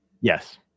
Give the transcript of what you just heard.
Yes